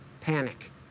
panic